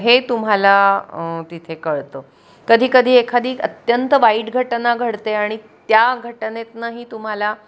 हे तुम्हाला तिथे कळतं कधीकधी एखादी अत्यंत वाईट घटना घडते आणि त्या घटनेतनंही तुम्हाला